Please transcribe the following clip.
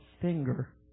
finger